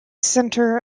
center